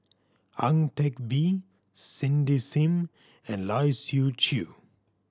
Ang Teck Bee Cindy Sim and Lai Siu Chiu